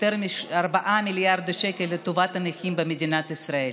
יותר מ-4 מיליארד שקל לטובת הנכים במדינת ישראל.